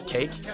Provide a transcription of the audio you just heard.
Cake